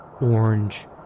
orange